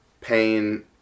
pain